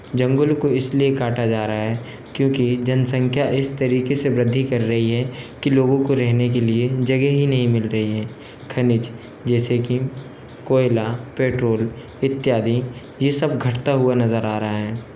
जंगलों को इसलिए काटा जा रहा है क्योंकि जनसंख्या इस तरीके से व्रद्धि कर रही है कि लोगों को रहने के लिए जगह ही नहीं मिल रही है खनिज जैसे कि कोयला पेट्रोल इत्यादि ये सब घटता हुआ नज़र आ रहा है